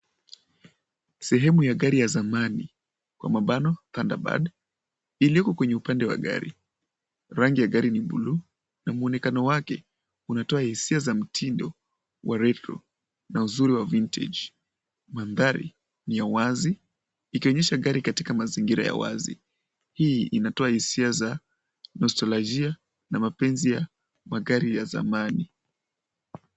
Sehemu ya gari ya zamani, kwa mabano, Thunderbird, iliyoko kwenye upande wa gari. Rangi ya gari ni bluu, na muonekano wake unatoa hisia za mtindo wa retro na uzuri wa vintage . Mandhari ni ya wazi, ikionyesha gari katika mazingira ya wazi. Hii inatoa hisia za nostalgia na mapenzi ya magari ya zamani.